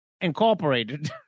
Incorporated